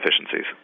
efficiencies